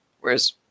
Whereas